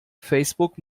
facebook